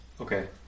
Okay